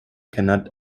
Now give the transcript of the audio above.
cannot